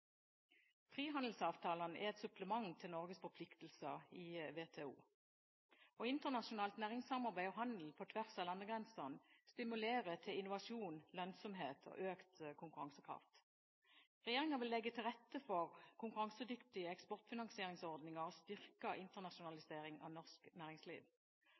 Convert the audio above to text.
Frihandelsavtalene er et supplement til Norges forpliktelser i WTO. Internasjonalt næringssamarbeid og handel på tvers av landegrensene stimulerer til innovasjon, lønnsomhet og økt konkurransekraft. Regjeringen vil legge til rette for konkurransedyktige eksportfinansieringsordninger og styrket internasjonalisering av norsk næringsliv.